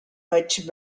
much